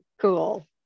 cool